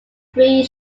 three